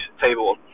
table